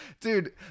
Dude